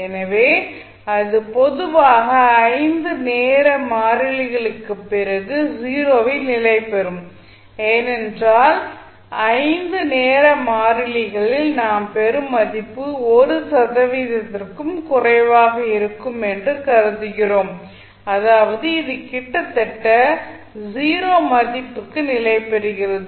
எனவே இது பொதுவாக 5 நேர மாறிகளுக்குப் பிறகு 0 வில் நிலைபெறும் ஏனென்றால் 5 நேர மாறிலிகளில் நாம் பெறும் மதிப்பு 1 சதவீதத்திற்கும் குறைவாக இருக்கும் என்று கருதுகிறோம் அதாவது இது கிட்டத்தட்ட 0 மதிப்புக்கு நிலைபெறுகிறது